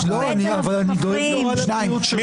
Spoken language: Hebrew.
1,199 מי בעד?